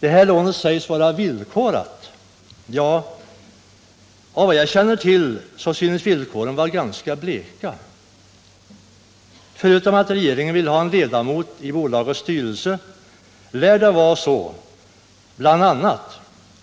Det här lånet sägs vara villkorat. Ja, av vad jag känner till synes villkoren vara ganska bleka. Förutom att regeringen vill ha en ledamot i bolagets styrelse lär det bl.a. vara så